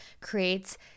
creates